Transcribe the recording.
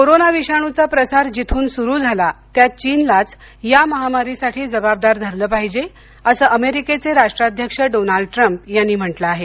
corona विषाणूचा प्रसार जिथून सुरू झाला त्या चीनलाच या महामारीसाठी जबाबदार धरलं पाहिजे असं अमेरिकेचे राष्ट्राध्यक्ष डोनाल्ड ट्रम्प यांनी म्हंटल आहे